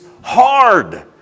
hard